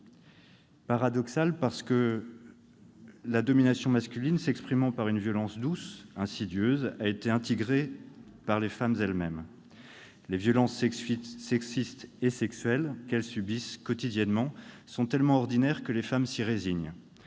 paradoxale parce que la domination masculine s'exprimant par une violence douce, insidieuse, elle a été intégrée par les femmes elles-mêmes. Les violences sexistes et sexuelles qu'elles subissent quotidiennement sont si ordinaires que les femmes s'y résignent,